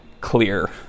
clear